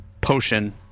potion